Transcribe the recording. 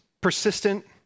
persistent